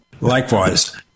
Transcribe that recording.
Likewise